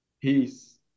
Peace